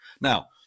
Now